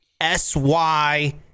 S-Y